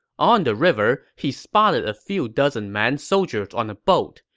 on the river, he spotted a few dozen man soldiers on a boat.